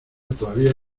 todavía